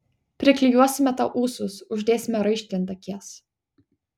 priklijuosime tau ūsus uždėsime raištį ant akies